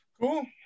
cool